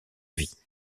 vie